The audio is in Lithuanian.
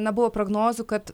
na buvo prognozių kad